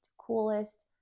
coolest